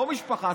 לא משפחה,